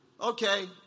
Okay